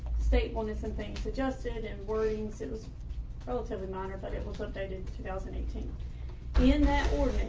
state wellness and things adjusted and worrying so it was relatively minor but it will put that in two thousand and eighteen in that organ,